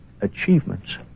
achievements